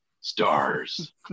Stars